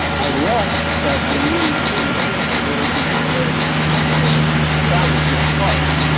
i left but i knew some of the early people and the founder, jim clark,